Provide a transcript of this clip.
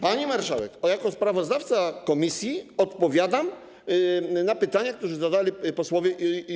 Pani marszałek, jako sprawozdawca komisji odpowiadam na pytania, które zadali posłowie.